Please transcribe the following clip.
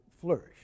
flourish